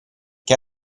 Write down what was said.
che